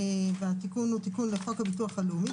והתיקון הוא תיקון לחוק הביטוח הלאומי.